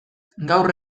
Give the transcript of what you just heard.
gaur